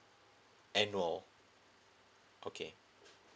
annual okay